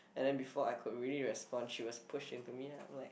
and then before I could really respond she was pushed into me and I'm like